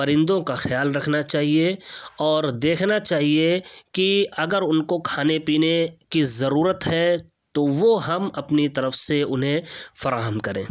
پرندوں کا خیال رکھنا چاہیے اور دیکھنا چاہیے کہ اگر ان کو کھانے پینے کی ضرورت ہے تو وہ ہم اپنی طرف سے انہیں فراہم کریں